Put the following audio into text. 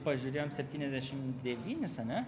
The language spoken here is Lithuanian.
pažiūrėjome septyniasdešimt devynis ar ne